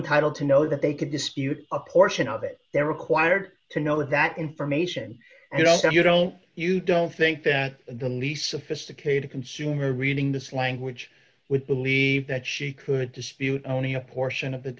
entitled to know that they could dispute a portion of it they're required to know that information you know so you don't you don't think that the least sophisticated consumer reading this language would believe that she could dispute only a portion of